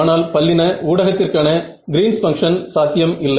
ஆனால் பல்லின ஊடகத்திற்கான கிரீன்ஸ் பங்க்ஷன் Green's function சாத்தியம் இல்லை